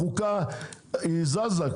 החוקה זזה.